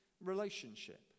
relationship